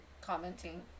commenting